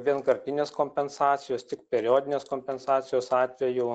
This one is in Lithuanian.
vienkartinės kompensacijos tik periodinės kompensacijos atveju